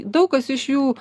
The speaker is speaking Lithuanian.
daug kas iš jų